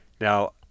Now